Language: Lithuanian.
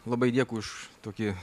labai dėkui už tokį